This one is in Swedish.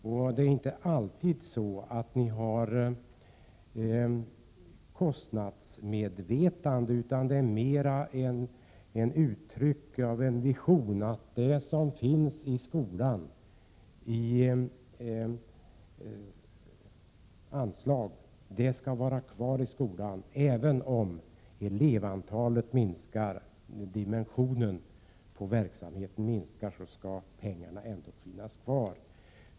Ni har inte alltid ett kostnadsmedvetande, utan era förslag är mera uttryck för en vision om att anslagen till skolan skall vara desamma som tidigare. Även om elevantalet minskar och även om dimensionen på verksamheten blir mindre skall pengarna ändå finnas kvar.